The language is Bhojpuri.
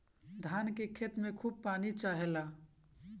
धान के खेत में खूब पानी चाहेला